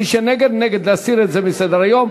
מי שנגד, נגד, להסיר את זה מסדר-היום.